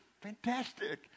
Fantastic